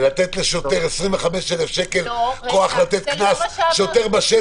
ולתת לשוטר בשטח כוח להטיל קנס של 25,000 שקל?